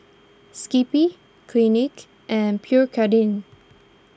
Skippy Clinique and Pierre Cardin